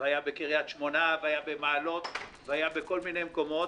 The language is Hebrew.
כך היה בקריית שמונה ובמעלות ובכל מיני מקומות,